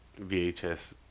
VHS